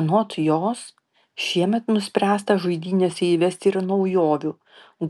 anot jos šiemet nuspręsta žaidynėse įvesti ir naujovių